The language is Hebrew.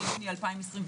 ביוני 2021,